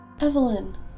Evelyn